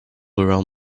around